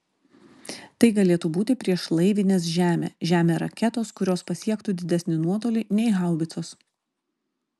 tai galėtų būti priešlaivinės žemė žemė raketos kurios pasiektų didesnį nuotolį nei haubicos